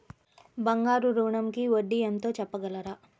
బంగారు ఋణంకి వడ్డీ ఎంతో చెప్పగలరా?